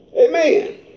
Amen